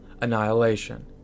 annihilation